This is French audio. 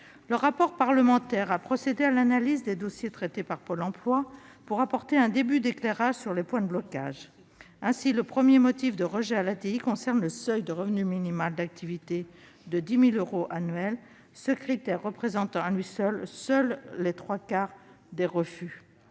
ce rapport parlementaire ont procédé à l'analyse des dossiers traités par Pôle emploi afin d'apporter un début d'éclairage sur les points de blocage. Ainsi, le premier motif de rejet des demandes d'ATI a trait au seuil de revenu minimal d'activité de 10 000 euros annuels, ce critère représentant à lui seul les trois quarts des refus.